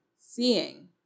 seeing